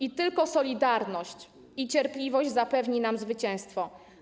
I tylko solidarność i cierpliwość zapewni nam zwycięstwo.